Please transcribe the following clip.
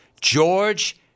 George